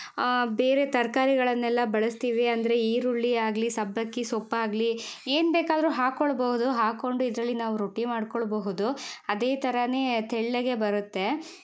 ಬೇರೆ ತರಕಾರಿಗಳನ್ನೆಲ್ಲ ಬಳಸ್ತೀವಿ ಅಂದರೆ ಈರುಳ್ಳಿ ಆಗಲಿ ಸಬ್ಬಕ್ಕಿ ಸೊಪ್ಪಾಗಲಿ ಏನ್ಬೇಕಾದ್ರು ಹಾಕೊಳ್ಬಹುದು ಹಾಕ್ಕೊಂಡು ಇದರಲ್ಲಿ ನಾವು ರೊಟ್ಟಿ ಮಾಡ್ಕೊಳ್ಳಬಹುದು ಅದೇ ಥರನೇ ತೆಳ್ಳಗೆ ಬರುತ್ತೆ